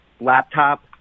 laptop